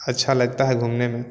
अच्छा लगता है घूमने में